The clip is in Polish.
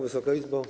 Wysoka Izbo!